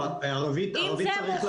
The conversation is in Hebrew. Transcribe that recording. לא, ערבית צריך לעלות.